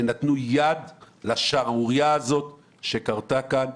שנתנו יד לשערורייה הזאת שקרתה כאן,